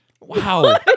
Wow